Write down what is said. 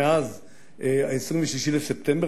מאז 26 בספטמבר,